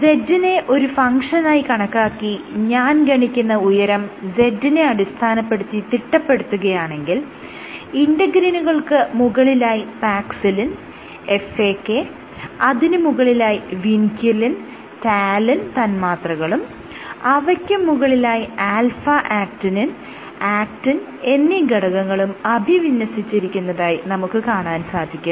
Z നെ ഒരു ഫങ്ഷനായി കണക്കാക്കി ഞാൻ ഗണിക്കുന്ന ഉയരം Z നെ അടിസ്ഥാനപ്പെടുത്തി തിട്ടപ്പെടുത്തുകയാണെങ്കിൽ ഇന്റെഗ്രിനുകൾക്ക് മുകളിലായി പാക്സിലിൻ FAK അതിന് മുകളിലായി വിൻക്യുലിൻ റ്റാലിൻ തന്മാത്രകളും അവയ്ക്കും മുകളിലായി ആൽഫ ആക്റ്റിനിൻ ആക്റ്റിൻ എന്നീ ഘടകങ്ങളും അഭിവിന്യസിച്ചിരിക്കുന്നതായി നമുക്ക് കാണാൻ സാധിക്കും